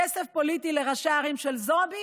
כסף פוליטי לראשי הערים של זועבי?